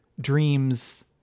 Dream's